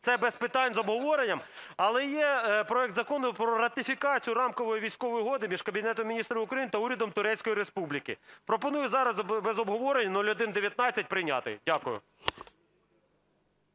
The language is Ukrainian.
Це, без питань, з обговоренням. Але є проект Закону про ратифікацію Рамкової військової угоди між Кабінетом Міністрів України та Урядом Турецької Республіки. Пропоную зараз без обговорення 0119 прийняти. Дякую.